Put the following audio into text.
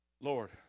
Lord